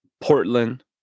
Portland